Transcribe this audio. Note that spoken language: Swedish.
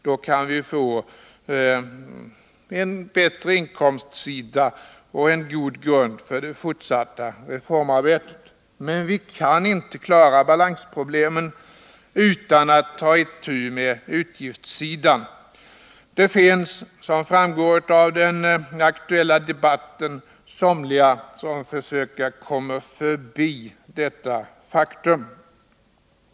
Då kan vi få en förbättring på inkomstsidan och en god grund för det fortsatta reformarbetet. Men vi kan inte klara balansproblemen utan att ta itu med utgiftssidan. Det finns, som framgår av den aktuella debatten, somliga som försöker komma förbi detta faktum.